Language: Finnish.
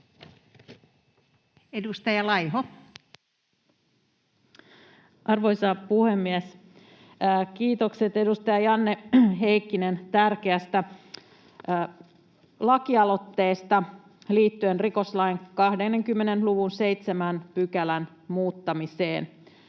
Edustaja Laiho. Arvoisa puhemies! Kiitokset, edustaja Janne Heikkinen, tärkeästä lakialoitteesta liittyen rikoslain 20 luvun 7 §:n muuttamiseen.